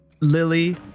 Lily